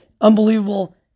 Unbelievable